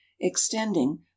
extending